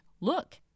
Look